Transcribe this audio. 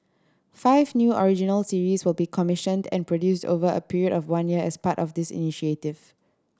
five new original series will be commissioned and produced over a period of one year as part of this initiative